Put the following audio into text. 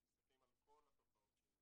מסתכלים על כל התופעות שיש בה